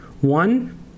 One